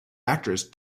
actress